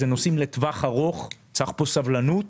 אלה נושאים לטווח ארוך, צריך פה סבלנות,